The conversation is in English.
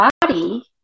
body